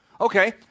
Okay